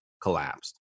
collapsed